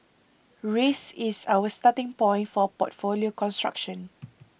risk is our starting point for portfolio construction